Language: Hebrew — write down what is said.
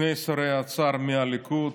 שני שרי אוצר מהליכוד,